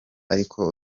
ariko